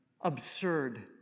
absurd